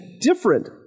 different